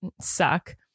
suck